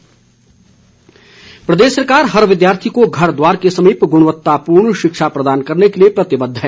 महेन्द्र सिंह प्रदेश सरकार हर विद्यार्थी को घर द्वार के समीप गुणवत्तापूर्ण शिक्षा प्रदान करने लिए प्रतिबध है